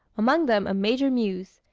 among them a major muse,